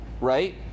right